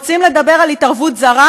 רוצים לדבר על התערבות זרה?